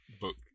book